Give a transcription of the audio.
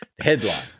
Headline